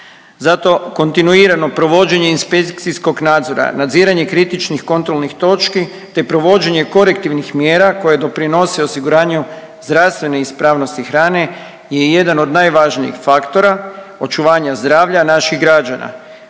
Zato kontinuirano provođenje inspekcijskog nadzora, nadziranje kritičnih kontrolnih točki, te provođenje korektivnih mjera koje doprinose osiguranju zdravstvene ispravnosti hrane je jedan od najvažnijih faktora očuvanja zdravlja naših građana,